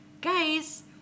Guys